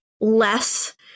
less